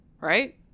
Right